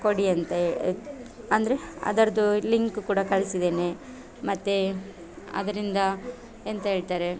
ಕೊಡಿ ಅಂತ ಅಂದರೆ ಅದರದ್ದು ಲಿಂಕ್ ಕೂಡ ಕಳಿಸಿದ್ದೇನೆ ಮತ್ತು ಅದರಿಂದ ಎಂಥ ಹೇಳ್ತಾರೆ